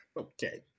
Okay